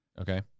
okay